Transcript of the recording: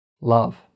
love